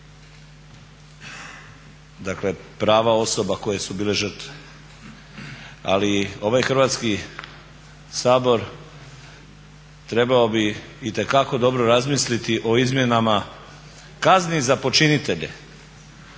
dakle prava osoba koje su bile žrtve. Ali ovaj Hrvatski sabor trebao bi itekako dobro razmisliti o izmjenama kazni za počinitelje